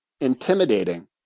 intimidating